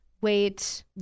wait